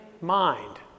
mind